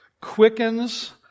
quickens